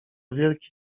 wielki